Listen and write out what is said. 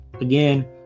Again